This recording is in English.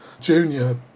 junior